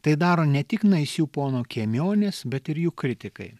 tai daro ne tik naisių pono kiemionys bet ir jų kritikai